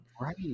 right